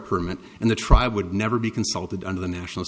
permit and the tribe would never be consulted under the national